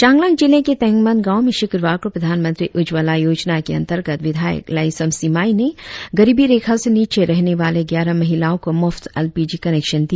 चांगलांग जिले के तेंगमन गांव में शुक्रवार को प्रधानमंत्री उज्जवला योजना के अंतर्गत विधायक लाईसम सिमाई ने गरीबी रेखा से नीचे रहने वाले ग्यारह महिलाओं को मुफ्त एल पी जी कनेक्शन दिया